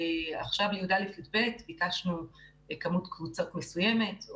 עכשיו לי"א-י"ב ביקשנו כמות קבוצות מסוימת,